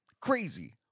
Crazy